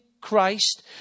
Christ